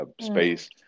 space